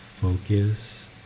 focus